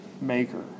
Maker